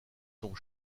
sont